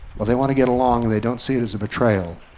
but they want to get along and they don't see it as a betrayal.